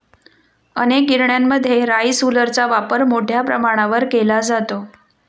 अनेक गिरण्यांमध्ये राईस हुलरचा वापर मोठ्या प्रमाणावर केला जातो